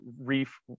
reef